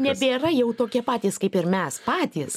nebėra jau tokie patys kaip ir mes patys